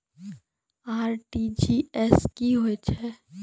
RTGS की होय छै?